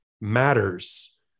matters